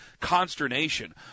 consternation